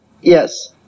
Yes